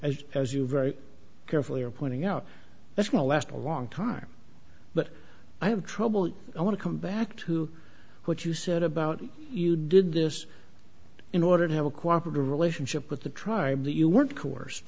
as as you very carefully are pointing out this will last a long time but i have trouble i want to come back to what you said about you did this in order to have a cooperative relationship with the tribe that you weren't